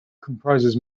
comprises